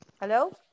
Hello